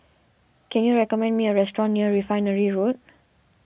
can you recommend me a restaurant near Refinery Road